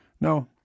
No